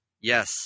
Yes